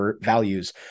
values